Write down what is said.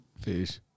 Fish